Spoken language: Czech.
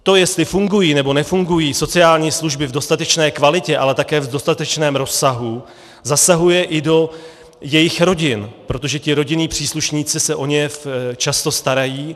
To, jestli fungují, nebo nefungují sociální služby v dostatečné kvalitě, ale také v dostatečném rozsahu, zasahuje i do jejich rodin, protože rodinní příslušníci se o ně často starají.